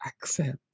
accept